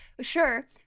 sure